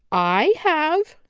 i have,